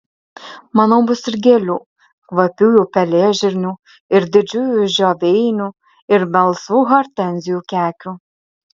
manau bus ir gėlių kvapiųjų pelėžirnių ir didžiųjų žioveinių ir melsvų hortenzijų kekių